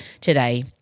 today